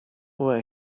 where